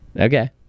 Okay